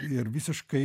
ir visiškai